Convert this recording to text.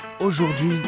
Aujourd'hui